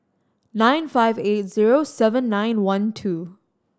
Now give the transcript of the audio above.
nine five eight zero seven nine one two